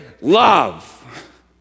love